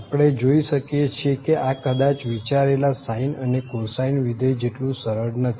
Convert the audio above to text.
આપણે જોઈ શકીએ છીએ કે આ કદાચ વિચારેલા sine અને cosine વિધેય જેટલું સરળ નથી